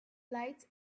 lights